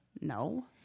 No